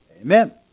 amen